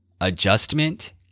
adjustment